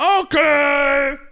Okay